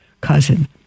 cousin